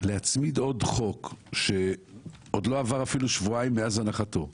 להצמיד עוד חוק שעוד לא עברו אפילו שבועיים מאז הנחתו.